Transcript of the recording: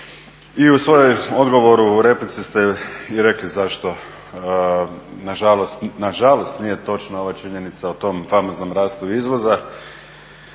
I u svojem odgovoru, u replici ste i rekli zašto na žalost nije točna ova činjenica o tom famoznom rastu izvoza.